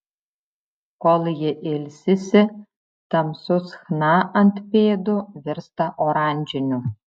kol ji ilsisi tamsus chna ant pėdų virsta oranžiniu